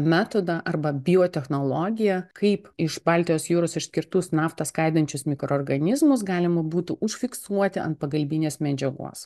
metodą arba biotechnologiją kaip iš baltijos jūros išskirtus naftą skaidančius mikroorganizmus galima būtų užfiksuoti ant pagalbinės medžiagos